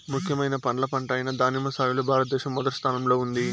ముఖ్యమైన పండ్ల పంట అయిన దానిమ్మ సాగులో భారతదేశం మొదటి స్థానంలో ఉంది